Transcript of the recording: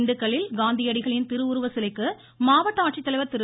திண்டுக்கல்லில் காந்தியடிகளின் திருவுருவ சிலைக்கு மாவட்ட ஆட்சித்தலைவர் திரு